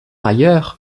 ailleurs